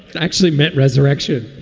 actually meant resurrection